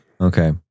Okay